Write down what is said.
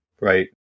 right